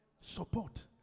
support